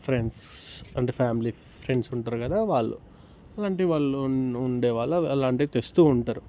friends and family friends ఉంటారు కదా వాళ్ళు అంటే ఉండే వాళ్ళు వాళ్ళు అలాంటివి తెస్తు ఉంటారు